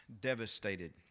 devastated